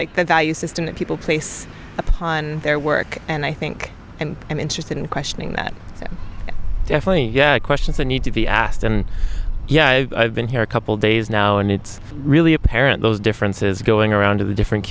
like the value system that people place upon their work and i think and i'm interested in questioning that definitely questions that need to be asked and yeah i've been here a couple days now and it's really apparent those differences going around to different